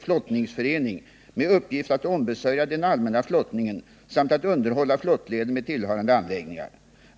flottningsförening med uppgift att ombesörja den allmänna flottningen samt att underhålla flottleden med tillhörande anläggningar.